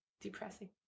depressing